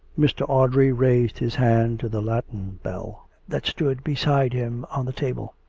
mr. audrey raised his hand to the latten bell that stood beside him on the table.